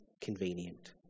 convenient